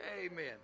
amen